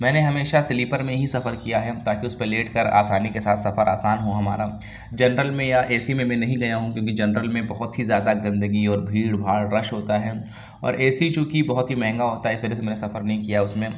میں نے ہمیشہ سلیپر میں ہی سفر کیا ہے تاکہ اس پر لیٹ کر آسانی کے ساتھ سفر آسان ہو ہمارا جنرل میں یا اے سی میں نہیں گیا ہوں کیونکہ جنرل میں بہت ہی زیادہ گندگی اور بھیڑ بھاڑ رش ہوتا ہے اور اے سی چونکہ بہت ہی مہنگا ہوتا ہے اس وجہ سے میں نے سفر نہیں کیا ہے اس میں